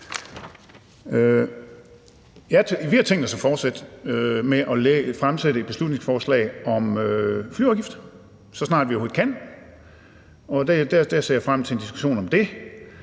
Vi har tænkt os at fortsætte med at fremsætte et beslutningsforslag om flyafgift, så snart vi overhovedet kan. Og der ser jeg frem til en diskussion om det.